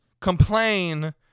complain